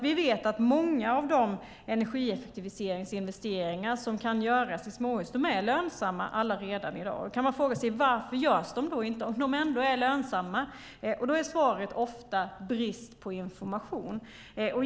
Vi vet att många av de energieffektiviseringsinvesteringar som kan göras i småhus är lönsamma redan i dag. Då kan man fråga sig varför de inte görs om de är lönsamma. Svaret är ofta brist på information.